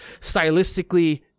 stylistically